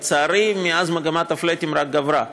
לצערי, מאז מגמת ה"פלאטים" רק גברה.